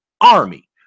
army